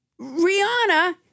Rihanna